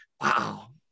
wow